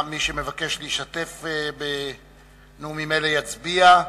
מי שמבקש להשתתף בנאומים אלה, אנא יצביע.